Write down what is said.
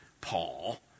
Paul